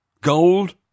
Gold